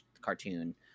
cartoon